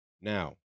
Now